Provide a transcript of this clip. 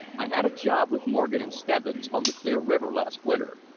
i had a job with morgan and stebbins on the clear river last winter.